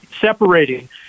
separating